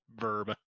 verb